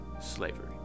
slavery